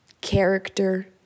Character